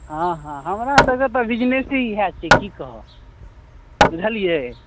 हाँ हाँ हमरा सभके तऽ बिजनसे इहे छियै कि कहब बुझलियै